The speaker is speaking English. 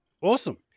Awesome